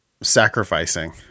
sacrificing